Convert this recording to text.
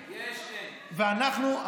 ואנחנו,